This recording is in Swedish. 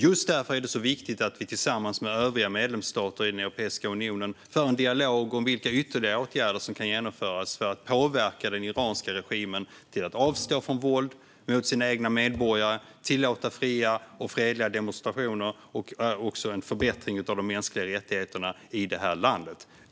Just därför är det viktigt att vi tillsammans med övriga medlemsstater i Europeiska unionen för en dialog om vilka ytterligare åtgärder som kan genomföras för att påverka den iranska regimen till att avstå från våld mot sina egna medborgare och tillåta fria och fredliga demonstrationer och också förbättra de mänskliga rättigheterna i det här landet.